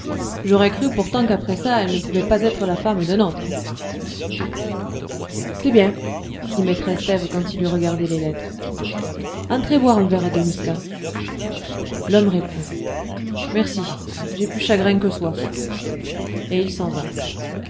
j'aurais cru pourtant qu'après ça elle ne pouvait pas être la femme d'un autre c'est bien dit maître estève quand il eut regardé les lettres entrez boire un verre de muscat l'homme répond merci j'ai plus de chagrin que de soif et il s'en va